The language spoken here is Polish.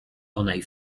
onej